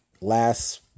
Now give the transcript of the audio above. last